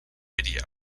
video